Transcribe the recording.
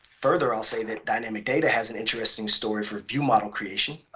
further, i'll say the dynamic data has an interesting story for viewmodel creation.